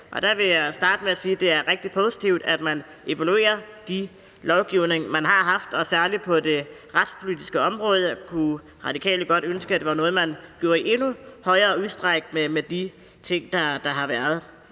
Jeg vil starte med at sige, at det er rigtig positivt, at man evaluerer den lovgivning, man har, og særligt på det retspolitiske område kunne Radikale Venstre godt ønske, at det var noget, man gjorde i endnu højere grad, med de ting, der har været.